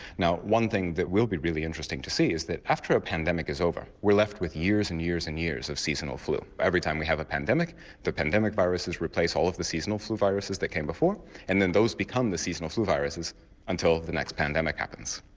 now one thing that will be really interesting to see is that after after a pandemic is over we're left with years and years and years of seasonal flu. every time we have a pandemic the pandemic virus replaces all of the seasonal flu viruses that came before and then those become the seasonal flu viruses until the next pandemic happens.